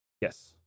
Yes